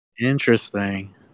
Interesting